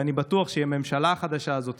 ואני בטוח שעם הממשלה החדשה הזאת,